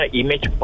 image